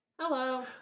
Hello